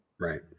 Right